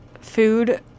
food